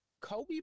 Kobe